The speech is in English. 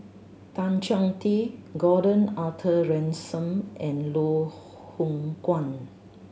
Tan Chong Tee Gordon Arthur Ransome and Loh Hoong Kwan